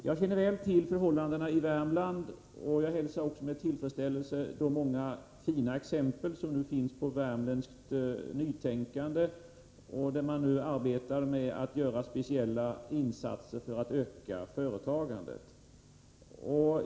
Jag känner väl till förhållandena i Värmland, och jag hälsar med tillfredsställelse de många fina exempel som finns på värmländskt nytänkande när man nu arbetar med att göra speciella insatser för att öka företagandet.